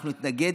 אנחנו נתנגד,